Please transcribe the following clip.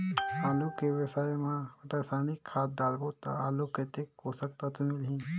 आलू के फसल मा रसायनिक खाद डालबो ता आलू कतेक पोषक तत्व मिलही?